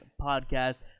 Podcast